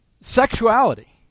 sexuality